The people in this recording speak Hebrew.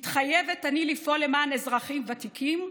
מתחייבת אני לפעול למען אזרחים ותיקים,